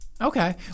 Okay